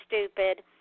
stupid